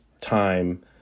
time